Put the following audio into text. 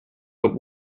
but